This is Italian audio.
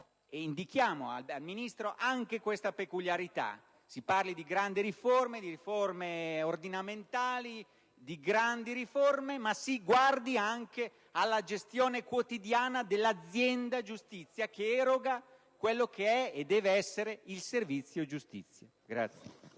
Indichiamo quindi al Ministro anche questa peculiarità. Si parli di grandi riforme ordinamentali, ma si guardi anche alla gestione quotidiana dell'azienda giustizia che eroga quello che è e deve essere il servizio giustizia.